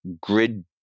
grid